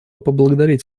поблагодарить